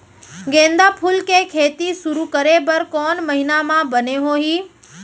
गेंदा फूल के खेती शुरू करे बर कौन महीना मा बने होही?